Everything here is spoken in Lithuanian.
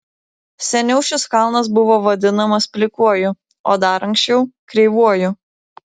seniau šis kalnas buvo vadinamas plikuoju o dar anksčiau kreivuoju